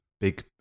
Big